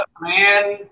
man